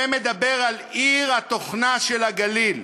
שמדבר על עיר התוכנה של הגליל,